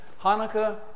Hanukkah